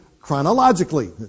chronologically